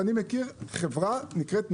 אני מכיר חברה שנקראת "מילאוטיס"